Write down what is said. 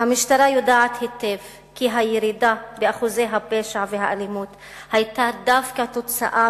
המשטרה יודעת היטב כי הירידה בשיעורי הפשע והאלימות היתה דווקא כתוצאה